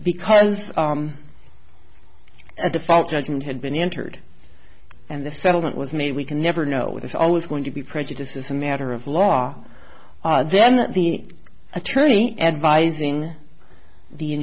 because a default judgment had been entered and the settlement was made we can never know there's always going to be prejudice it's a matter of law then the attorney advising the